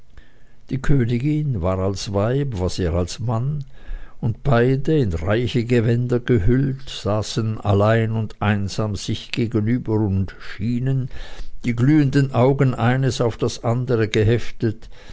die königin war als weib was er als mann und beide in reiche gewänder gehüllt saßen allein und einsam sich gegenüber und schienen die glühenden augen eines auf das andere geheftet